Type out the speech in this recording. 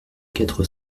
quatre